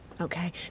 Okay